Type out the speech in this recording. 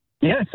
Yes